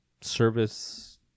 service